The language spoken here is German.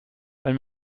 wenn